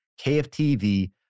KFTV